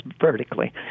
vertically